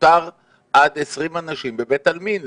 מותר עד 20 אנשים בבית עלמין,